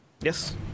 Yes